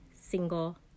single